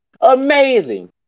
Amazing